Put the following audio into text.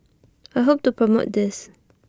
I hope to promote this